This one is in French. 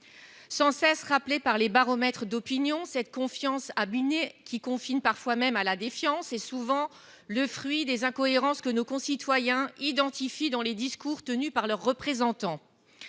Sans cesse rappelée par les baromètres d'opinion, cette confiance abîmée, qui confine parfois à la défiance, est souvent le fruit des incohérences que nos concitoyens identifient dans les discours tenus par leurs représentants.